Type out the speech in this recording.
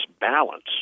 balance